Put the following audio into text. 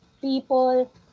people